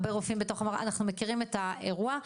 אנחנו מכירים את האירוע.